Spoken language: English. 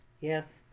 Yes